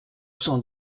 cent